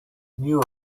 knew